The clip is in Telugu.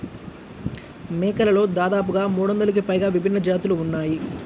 మేకలలో దాదాపుగా మూడొందలకి పైగా విభిన్న జాతులు ఉన్నాయి